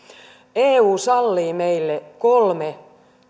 eu sallii meille kolme